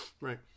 Right